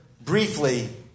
briefly